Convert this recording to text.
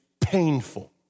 Painful